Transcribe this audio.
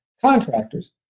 contractors